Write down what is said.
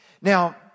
Now